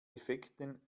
defekten